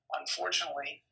unfortunately